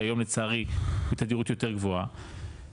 שהיום לצערי בתדירות יותר גבוהה,